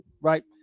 right